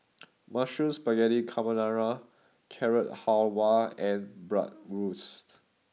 Mushroom Spaghetti Carbonara Carrot Halwa and Bratwurst